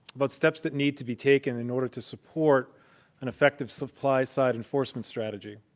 about steps that need to be taken in order to support an effective supply-side enforcement strategy.